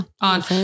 on